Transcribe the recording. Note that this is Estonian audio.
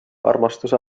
armastus